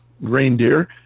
reindeer